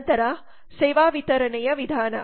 ನಂತರ ಸೇವಾ ವಿತರಣೆಯ ವಿಧಾನ